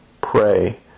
pray